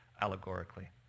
allegorically